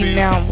now